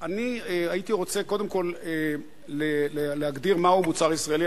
הייתי רוצה קודם כול להגדיר "מוצר ישראלי".